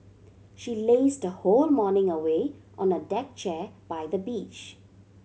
she lazed the whole morning away on a deck chair by the beach